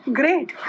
great